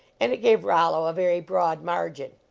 and it gave rollo a very broad margin.